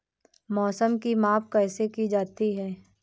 मौसम की माप कैसे की जाती है?